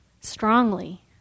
strongly